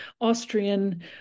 Austrian